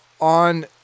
on